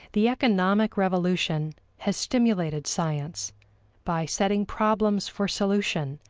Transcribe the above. the economic revolution has stimulated science by setting problems for solution,